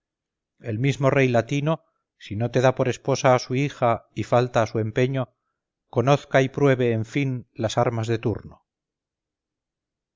el mismo rey latino si no te da por esposa a su hija y falta a su empeño conozca y pruebe en fin las armas de turno